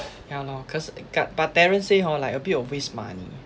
ya lor cause but terrence say hor like a bit of waste money eh